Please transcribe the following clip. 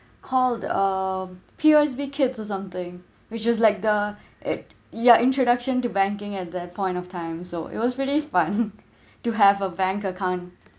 called um P_O_S_B kids or something which is like the it your introduction to banking at that point of time so it was really fun to have a bank account